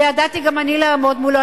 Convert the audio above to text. וידעתי גם אני לעמוד מולו.